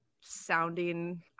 sounding